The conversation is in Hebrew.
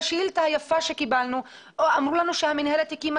בשאילתה היפה שקיבלנו אמרו לנו שהמינהלת הקימה